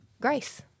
grace